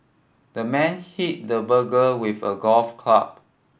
the man hit the burglar with a golf club